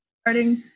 starting